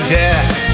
death